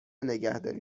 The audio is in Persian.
نگهداری